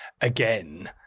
again